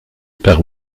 par